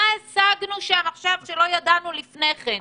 מה השגנו שם שלא ידענו לפני כן.